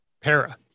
Para